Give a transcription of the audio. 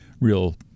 real